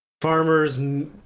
Farmers